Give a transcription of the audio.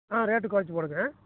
ஆ rate குறைச்சி போடுங்க